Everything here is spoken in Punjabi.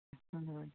ਹਾਂ ਹਾਂ